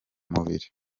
mubiri